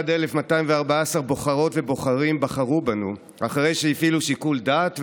1,151,214 בוחרות ובוחרים בחרו בנו אחרי שהפעילו שיקול דעת ומחשבה.